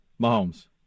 Mahomes